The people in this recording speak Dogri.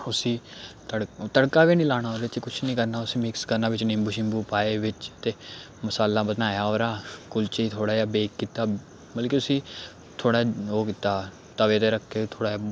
उसी तड़ तड़का बी निं लाना ओह्दे च कुछ निं करना उसी मिक्स करना बिच्च निंबू शिंबू पाए बिच्च ते मसाला बनाया ओह्दा कुल्चे गी थोह्ड़ा जेहा बेक कीता मतलब कि उसी थोह्ड़ा ओह् कीता तवे दे पर रक्खे थोह्ड़ा जेहा